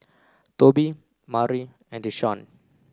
Tobie Mari and Desean